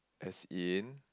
as in